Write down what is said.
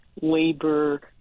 labor